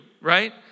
Right